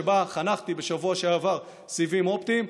שבה חנכתי בשבוע שעבר סיבים אופטיים,